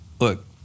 look